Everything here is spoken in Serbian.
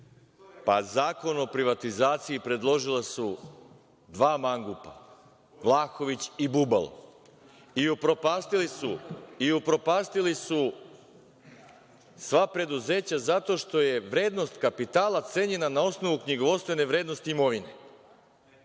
pa Zakon o privatizaciji predložila su dva mangupa - Vlahović i Bubalo, i upropastili su sva preduzeća zato što je vrednost kapitala cenjena na osnovu knjigovodstvene vrednosti imovine.